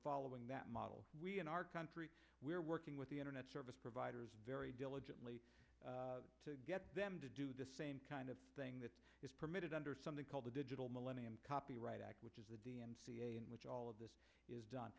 following that model in our country we're working with the internet service providers very diligently to get them to do the same kind of thing that is permitted under something called the digital millennium copyright act which is the d m c in which all of this is done